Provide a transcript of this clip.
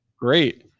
Great